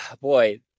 boy